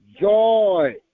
joy